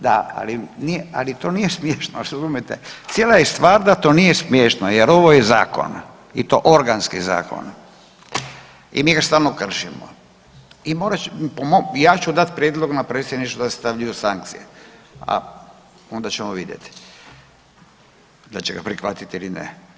Da, ali, ali to nije smiješno razumijete, cijela je stvar da to nije smiješno jer ovo je zakon i to organski zakon i mi ga stalno kršimo i ja ću dat prijedlog na predsjedništvu da stavljaju sankcije, a onda ćemo vidjeti dal će ga prihvatit ili ne.